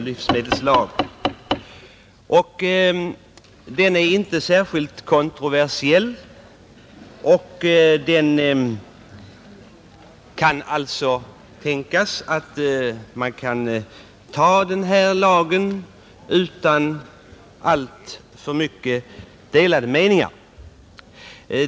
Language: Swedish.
Lagförslaget är inte särskilt kontroversiellt, och det kan alltså tänkas att vi kan anta det utan alltför mycket delade meningar.